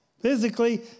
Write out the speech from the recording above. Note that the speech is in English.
Physically